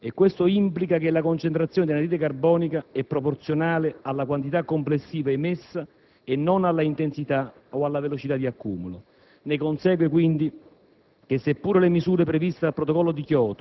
è tuttora presente nell'atmosfera. Questo implica che la concentrazione di anidride carbonica è proporzionale alla quantità complessiva emessa e non alla intensità o alla velocità di accumulo. Ne consegue quindi